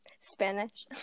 Spanish